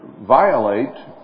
violate